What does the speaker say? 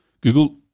Google